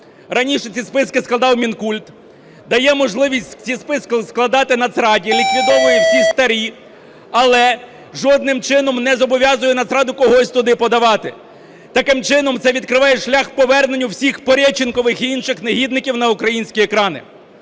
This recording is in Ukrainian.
Раніше ці списки складав Мінкульт. Дає можливість ці списки складати Нацраді, ліквідовує всі старі. Але жодним чином не зобов'язує Нацраду когось туди подавати. Таким чином, це відкриває шлях поверненню всіх пореченкових і інших негідників на українські екрани.